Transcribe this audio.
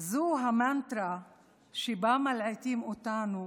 זו המנטרה שבה מלעיטים אותנו